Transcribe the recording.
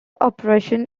oppression